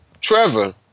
Trevor